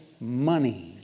money